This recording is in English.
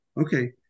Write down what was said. okay